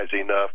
enough